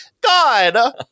God